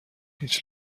هیچ